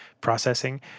processing